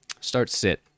start-sit